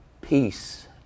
Peace